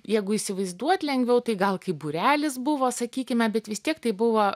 jeigu įsivaizduot lengviau tai gal kaip būrelis buvo sakykime bet vis tiek tai buvo